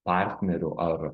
partnerių ar